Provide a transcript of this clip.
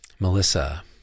Melissa